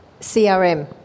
CRM